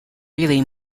really